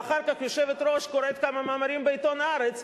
ואחר כך היושבת-ראש קוראת כמה מאמרים בעיתון "הארץ",